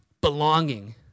belonging